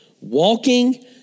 walking